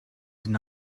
deny